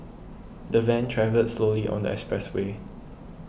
the van travelled slowly on the expressway